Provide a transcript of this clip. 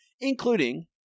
including